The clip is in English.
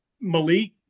Malik